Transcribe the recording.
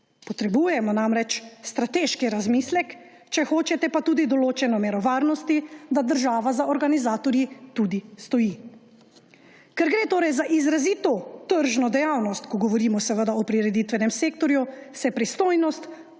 Potrebujemo namreč strateški razmislek, če hočete pa tudi določeno mero varnosti, da država za organizatorji tudi stoji. Ker gre torej za izrazito tržno dejavnost, ko govorimo seveda o prireditvenem sektorju, se pristojnost